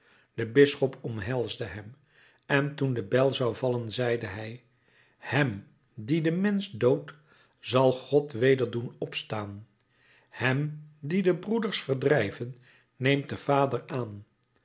de bisschop omhelsde hem en toen de bijl zou vallen zeide hij hem dien de mensch doodt zal god weder doen opstaan hem dien de broeders verdrijven neemt de vader aan